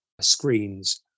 screens